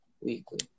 weekly